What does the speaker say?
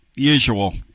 usual